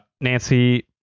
Nancy